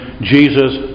Jesus